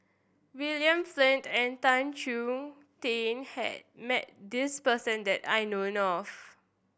William Flint and Tan Chong Tee has met this person that I know of